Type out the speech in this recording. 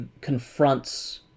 confronts